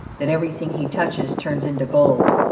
that everything he touches turns into gold.